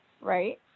right